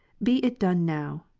be it done now,